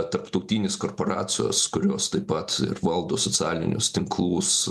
tarptautinės korporacijos kurios taip pat ir valdo socialinius tinklus